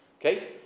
Okay